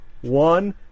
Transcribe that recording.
one